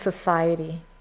society